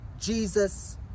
Jesus